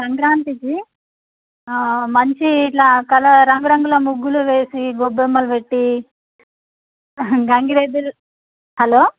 సంక్రాంతికి మంచి ఇట్లా కల్ రంగురంగుల ముగ్గులు వేసి గొబ్బెమ్మలు పెట్టి గంగిరెద్దులు హలో